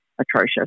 atrocious